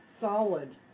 solid